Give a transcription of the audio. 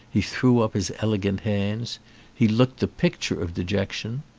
he threw up his elegant hands he looked the picture of dejection.